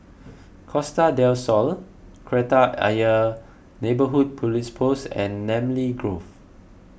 Costa del Sol Kreta Ayer Neighbourhood Police Post and Namly Grove